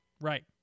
Right